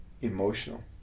emotional